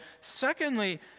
Secondly